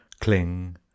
Cling